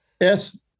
Yes